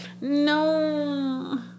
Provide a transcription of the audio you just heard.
No